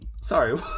Sorry